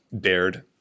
dared